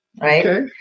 right